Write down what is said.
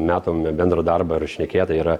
matome bendrą darbą ir šnekėta yra